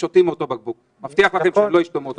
למה?